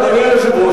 אדוני היושב-ראש,